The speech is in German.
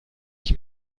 ich